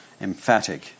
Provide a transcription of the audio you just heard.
emphatic